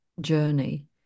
journey